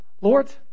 Lord